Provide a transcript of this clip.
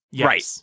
Right